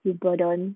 you burden